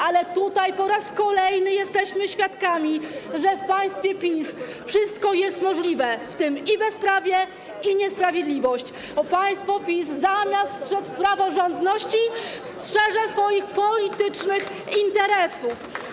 Ale tutaj po raz kolejny jesteśmy świadkami tego, że w państwie PiS wszystko jest możliwe: i bezprawie, i niesprawiedliwość, bo państwo PiS zamiast strzec praworządności strzeże swoich politycznych interesów.